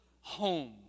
home